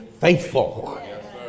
faithful